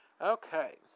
Okay